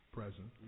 present